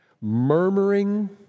Murmuring